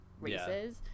races